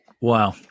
Wow